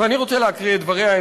ואני רוצה להקריא את דבריה,